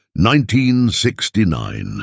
1969